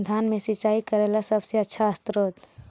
धान मे सिंचाई करे ला सबसे आछा स्त्रोत्र?